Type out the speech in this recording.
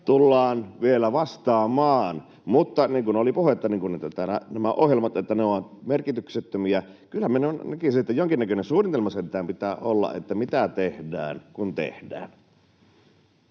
tullaan vielä vastaamaan. Mutta kun oli puhetta, että täällä nämä ohjelmat ovat merkityksettömiä, niin kyllä minä näkisin, että jonkinnäköinen suunnitelma sentään pitää olla, että mitä tehdään, kun tehdään.